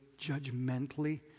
judgmentally